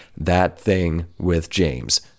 thatthingwithjames